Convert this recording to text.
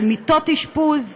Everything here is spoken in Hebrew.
על מיטות אשפוז,